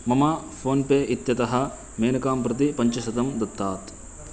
मम PhonePe इत्यतः मेनकां प्रति पञ्चशतं दत्तात्